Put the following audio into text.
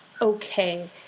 okay